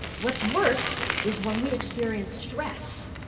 what's worse is when we experience stress,